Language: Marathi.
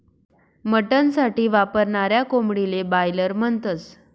मटन साठी वापरनाऱ्या कोंबडीले बायलर म्हणतस